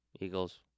Eagles